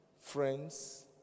friends